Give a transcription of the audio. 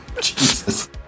Jesus